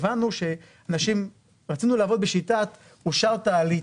רצינו לעבוד בשיטת אושרת-עלית.